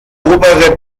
obere